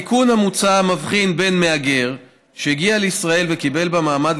התיקון המוצע מבחין בין מהגר שהגיע לישראל וקיבל בה מעמד